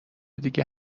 دیگه